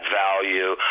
value